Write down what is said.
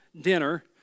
dinner